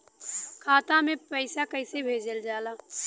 खाता में पैसा कैसे भेजल जाला?